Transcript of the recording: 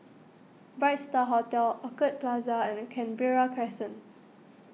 Bright Star Hotel Orchid Plaza and Canberra Crescent